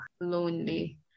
lonely